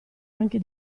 anche